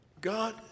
God